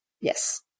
yes